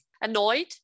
annoyed